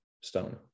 stone